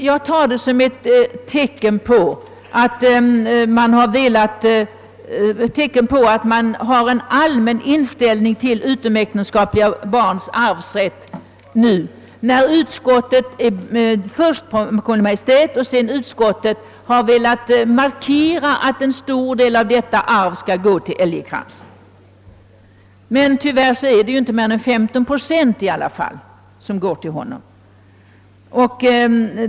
Jag tar detta som ett tecken på att man helt allmänt har en annan inställning till utomäktenskapliga barns arvsrätt nu, när först Kungl. Maj:t och därefter utskottet har velat markera, att en stor del av detta arv skall gå till Älgekrans. Tyvärr är det ändå bara 15 procent som tillfaller honom.